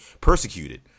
persecuted